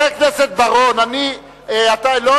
אדוני היושב-ראש, יש פה סחיטה?